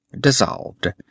dissolved